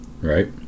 Right